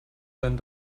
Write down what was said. einen